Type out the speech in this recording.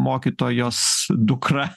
mokytojos dukra